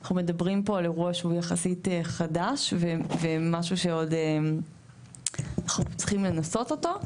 אנחנו מדברים פה על משהו שהוא יחסית חדש ואנחנו עוד צריכים לנסח אותו.